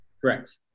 Correct